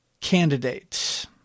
candidates